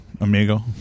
amigo